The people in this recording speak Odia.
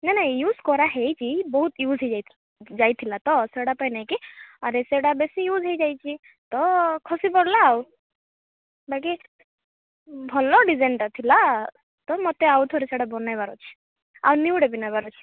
ନାଇଁ ନାଇଁ ୟୁଜ କରା ହେଇଛି ବହୁତ ୟୁଜ ହେଇ ଯାଇଥିଲା ତ ସେଇଟା ପାଇଁ ନାଇଁ କି ଆରେ ସେଇଟା ବେଶୀ ୟୁଜ ହେଇଯାଇଛି ତ ଖସି ପଡ଼ିଲା ଆଉ ବାକି ଭଲ ଡ଼ିଜାଇନ୍ଟା ଥିଲା ତ ମୋତେ ଆଉଥରେ ସେଇଟା ବନାଇବାର ଅଛି ଆଉ ନିୟୁଟା ବି ନେବାର ଅଛି